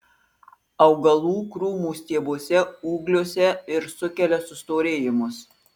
augalų krūmų stiebuose ūgliuose ir sukelia sustorėjimus